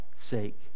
sake